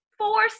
Four